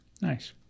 Nice